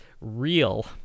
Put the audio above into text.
real